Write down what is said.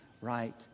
right